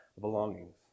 belongings